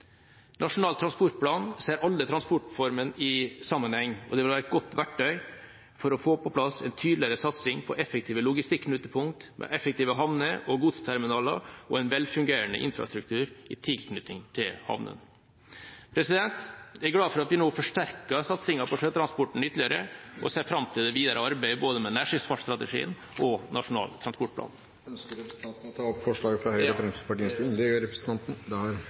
Nasjonal transportplan ser alle transportformene i sammenheng og vil være et godt verktøy for å få på plass en tydeligere satsing på effektive logistikknutepunkt, med effektive havner og godsterminaler og en velfungerende infrastruktur i tilknytning til havnene. Jeg er glad for at vi nå forsterker satsingen på sjøtransporten ytterligere, og jeg ser fram til det videre arbeidet med både nærskipsfartsstrategien og Nasjonal transportplan. Ønsker representanten Orten å ta opp forslagene fra Høyre og Fremskrittspartiet? Ja, det ønsker jeg. Da